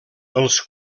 els